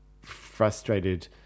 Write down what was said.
frustrated